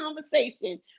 conversation